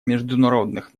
международных